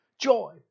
joy